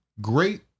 great